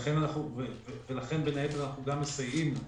לכן, בין היתר, אנחנו גם מסייעים.